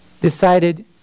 decided